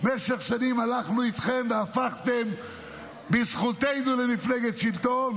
משך שנים הלכנו איתכם והפכתם בזכותנו למפלגת שלטון?